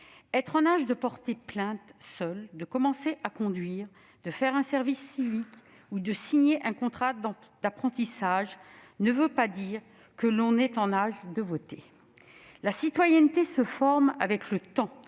être en âge de porter plainte seul, de commencer à conduire, de faire un service civique ou de signer un contrat d'apprentissage ne signifie pas être en âge de voter. La citoyenneté se forme avec le temps,